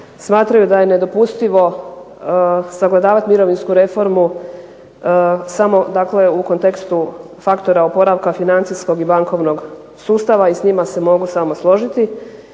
smatraju da je nedopustivo sagledavati mirovinsku reformu samo u kontekstu faktora oporavka financijskog i bankovnog sustava i s njima se mogu samo složiti